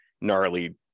gnarly